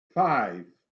five